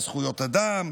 לזכויות אדם,